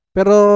Pero